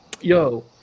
Yo